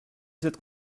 cette